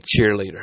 cheerleader